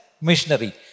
missionary